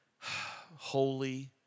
holy